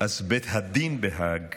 אז בית הדין בהאג